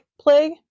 plague